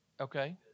Okay